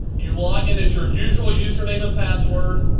you log in as your usual user name and password.